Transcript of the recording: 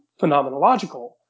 phenomenological